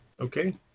Okay